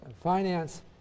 finance